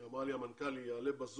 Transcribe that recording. היא אמרה שמנכ"ל משרד התחבורה יעלה בזום.